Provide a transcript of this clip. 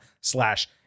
slash